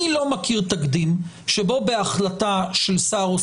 אני לא מכיר תקדים שבו בהחלטה של שר או